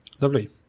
Lovely